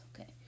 okay